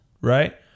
Right